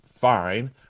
fine